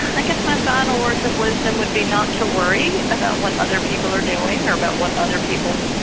i guess my final words of wisdom would be not to worry about what other people are doing or about what other people,